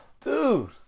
dude